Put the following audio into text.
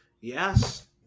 Yes